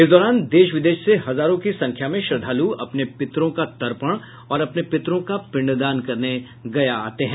इस दौरान देश विदेश से हजारों की संख्या में श्रद्धालु अपने पितरों का तर्पण और अपने पितरों का पिंडदान करने गया आते हैं